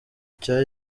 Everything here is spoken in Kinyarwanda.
cya